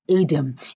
Adam